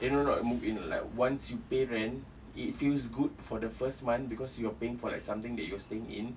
eh no not move in like once you pay rent it feels good for the first month because you are paying for like something that you are staying in